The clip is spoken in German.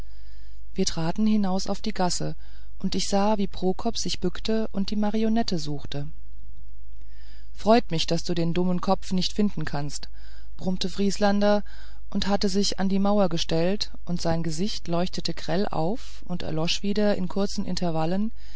wir traten hinaus auf die gasse und ich sah wie prokop sich bückte und die marionette suchte freut mich daß du den dummen kopf nicht finden kannst brummte vrieslander er hatte sich an die mauer gestellt und sein gesicht leuchtete grell auf und erlosch wieder in kurzen intervallen